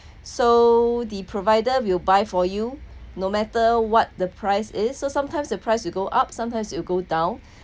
so the provider will buy for you no matter what the price is so sometimes the price will go up sometimes will go down